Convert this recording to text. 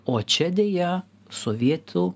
o čia deja sovietų